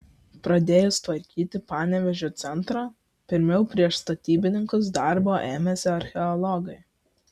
pradėjus tvarkyti panevėžio centrą pirmiau prieš statybininkus darbo ėmėsi archeologai